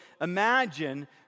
imagine